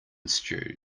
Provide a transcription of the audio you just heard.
stew